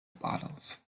bottles